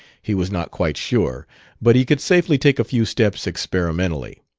he was not quite sure but he could safely take a few steps experimentally.